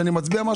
נצביע הכל בסדר,